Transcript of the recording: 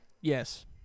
Yes